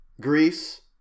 Greece